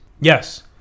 Yes